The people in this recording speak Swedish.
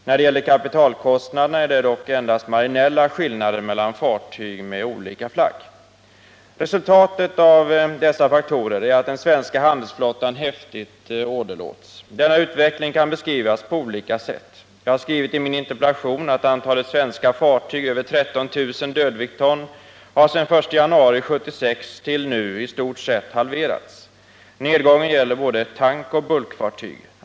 När det gäller kapitalkostnaderna är det dock endast marginella Resultatet av dessa faktorer är att den svenska handelsflottan häftigt Måndagen den åderlåts. Denna utveckling kan beskrivas på olika sätt. Jag har skrivit i min 21 maj 1979 interpellation att antalet svenska fartyg över 13 000 dwt har från den 1 januari 1976 till nu i stort sett halverats. Nedgången gäller både tankoch bulkfartyg.